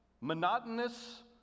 monotonous